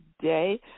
today